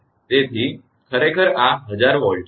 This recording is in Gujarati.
તેથી હવે ખરેખર આ 1000 Volt છે